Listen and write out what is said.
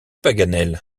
paganel